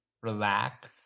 relax